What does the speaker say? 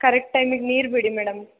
correct ಟೈಮಿಗೆ ನೀರು ಬಿಡಿ ಮೇಡಮ್